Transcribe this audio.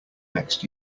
next